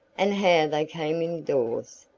and how they came indoors,